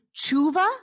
tshuva